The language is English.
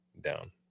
down